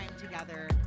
together